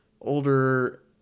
older